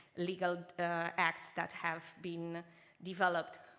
legal acts that have been developed.